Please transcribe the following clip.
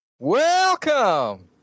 Welcome